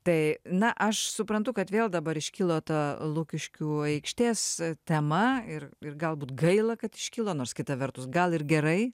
tai na aš suprantu kad vėl dabar iškilo ta lukiškių aikštės tema ir ir galbūt gaila kad iškilo nors kita vertus gal ir gerai